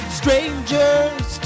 strangers